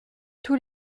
tous